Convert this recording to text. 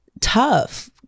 tough